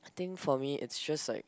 I think for me it's just like